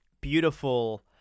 beautiful